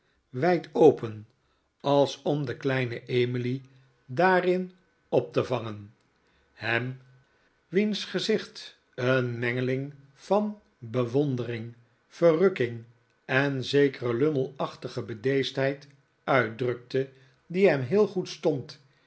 wijd open als om de kleine emily daarin op te vangen ham wiens gezicht een mengeling van bewpndering verrukking en zekere lummelachtige hedeesdheid uitdrukte die hem heel goetl stond